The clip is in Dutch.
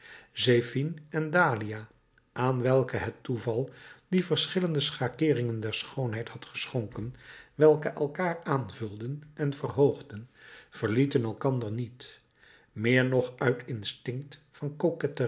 zephine en dahlia aan welke het toeval die verschillende schakeeringen der schoonheid had geschonken welke elkaar aanvulden en verhoogden verlieten elkander niet meer nog uit instinct van